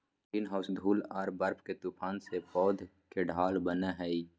greenhouse धूल आर बर्फ के तूफान से पौध के ढाल बनय हइ